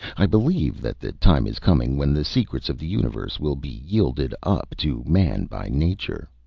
i believe that the time is coming when the secrets of the universe will be yielded up to man by nature.